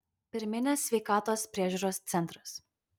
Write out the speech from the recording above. pirminės sveikatos priežiūros centras